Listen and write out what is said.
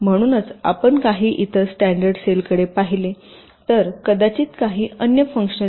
म्हणून आपण काही इतर स्टॅंडर्ड सेलकडे पाहिले तर कदाचित काही अन्य फंक्शलिटी